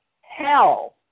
hell